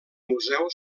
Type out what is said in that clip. museu